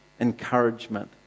encouragement